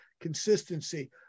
consistency